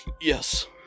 Yes